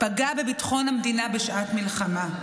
פגע בביטחון המדינה בשעת מלחמה.